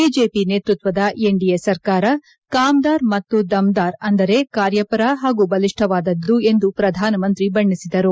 BJP ನೇತ್ಪತ್ತದ NDA ಸರ್ಕಾರ ಕಾಮ್ದಾರ್ ಮತ್ತು ದಮ್ದಾರ್ ಅಂದರೆ ಕಾರ್ಯಪರ ಪಾಗೂ ಬಲಿಷ್ಠವಾದದ್ದು ಎಂದು ಪ್ರಧಾನ ಮಂತ್ರಿ ಬಣ್ಣಿಸಿದರು